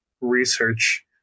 research